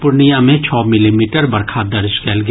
पूर्णिया मे छओ मिलीमीटर बरखा दर्ज कयल गेल